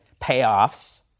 payoffs